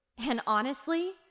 and honestly,